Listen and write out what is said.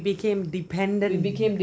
we became dependent